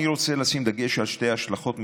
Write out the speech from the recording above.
אני רוצה לשים דגש על שתי השלכות,